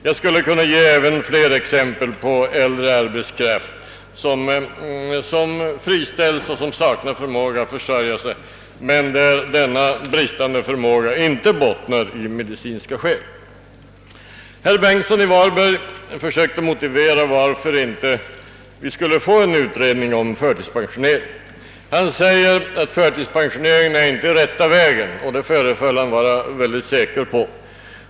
Jag skulle kunna ge fler exempel på äldre arbetskraft som friställs och som därefter saknar förmåga att försörja sig, men där denna bristande förmåga inte bottnar i medicinska skäl. Herr Bengtsson i Varberg försökte motivera varför vi inte skulle få en utredning om förtidspensionering. Han sade att förtidspensionering inte är rätta vägen att gå; detta föreföll han att vara tämligen säker på.